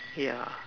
yeah